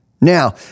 Now